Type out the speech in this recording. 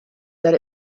that